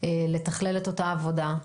לתכלל את אותה עבודה?